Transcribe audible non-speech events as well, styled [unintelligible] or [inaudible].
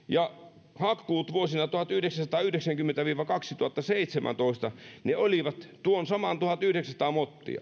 [unintelligible] ja hakkuut vuosina tuhatyhdeksänsataayhdeksänkymmentä viiva kaksituhattaseitsemäntoista olivat tuon saman tuhatyhdeksänsataa